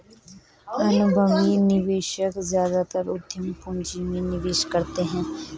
अनुभवी निवेशक ज्यादातर उद्यम पूंजी में निवेश करते हैं